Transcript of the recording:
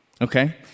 okay